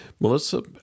Melissa